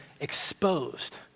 exposed